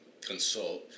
consult